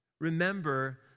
remember